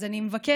אז אני מבקשת